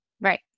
Right